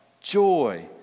joy